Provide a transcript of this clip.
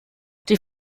die